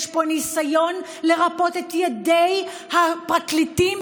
יש פה ניסיון לרפות את ידי הפרקליטים,